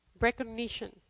recognition